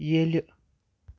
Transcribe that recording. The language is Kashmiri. ییٚلہِ